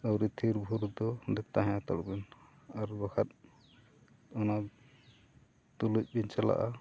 ᱟᱹᱣᱨᱤ ᱛᱷᱤᱨ ᱵᱷᱩᱨ ᱫᱚ ᱚᱸᱰᱮ ᱛᱟᱦᱮᱸ ᱦᱟᱛᱟᱲᱚᱜ ᱵᱮᱱ ᱟᱨ ᱵᱟᱝᱠᱷᱟᱱ ᱚᱱᱟ ᱛᱩᱞᱟᱹᱡ ᱵᱮᱱ ᱪᱟᱞᱟᱜᱼᱟ